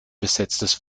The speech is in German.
besetztes